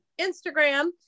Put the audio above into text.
instagram